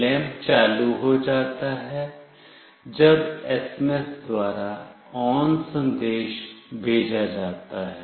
lamp चालू हो जाता है जब एसएमएस द्वारा ON संदेश भेजा जाता है